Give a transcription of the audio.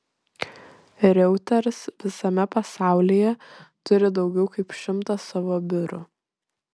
reuters visame pasaulyje turi daugiau kaip šimtą savo biurų